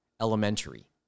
Elementary